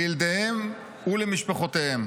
לילדיהם ולמשפחותיהם,